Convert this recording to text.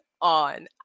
on